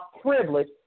privilege